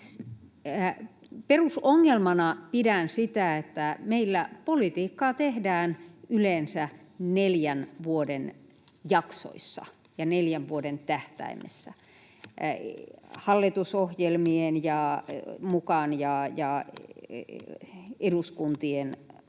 Perusongelmana pidän sitä, että meillä politiikkaa tehdään yleensä neljän vuoden jaksoissa ja neljän vuoden tähtäimessä, hallitusohjelmien mukaan ja eduskuntien vaihtuessa,